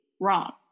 Wrong